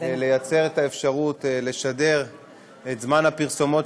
ליצור את האפשרות לשדר את זמן הפרסומות